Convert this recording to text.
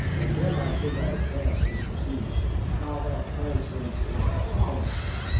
and then i think our task is to see how that translates into policy.